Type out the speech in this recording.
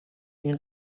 این